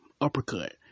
uppercut